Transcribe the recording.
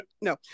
no